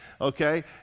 Okay